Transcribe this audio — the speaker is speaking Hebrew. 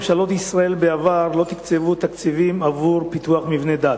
ממשלות ישראל בעבר לא הקצו תקציבים עבור פיתוח מבני דת.